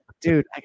Dude